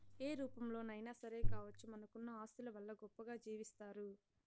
ఏ రూపంలోనైనా సరే కావచ్చు మనకున్న ఆస్తుల వల్ల గొప్పగా జీవిస్తారు